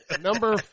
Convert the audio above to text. Number